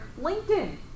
LinkedIn